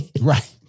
Right